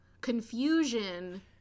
confusion